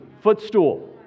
footstool